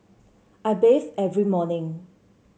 I bathe every morning